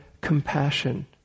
compassion